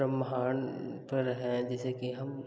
ब्रह्माण पर हैं जैसे कि हम